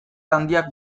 handiak